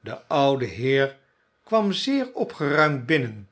de oude heer kwam zeer opgeruimd binnen